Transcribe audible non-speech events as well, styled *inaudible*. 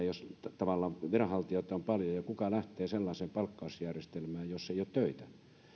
*unintelligible* jos viranhaltijoita on paljon kuka lähtee sellaiseen palkkausjärjestelmään jos ei ole töitä